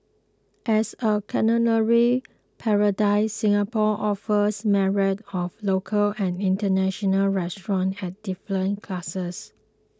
as a culinary paradise Singapore offers myriad of local and international restaurants at different classes